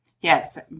Yes